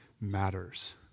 Matters